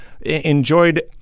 enjoyed